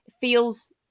feels